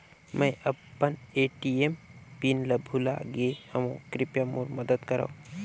मैं अपन ATM PIN ल भुला गे हवों, कृपया मोर मदद करव